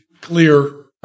clear